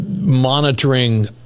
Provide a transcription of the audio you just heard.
monitoring